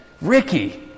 Ricky